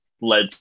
led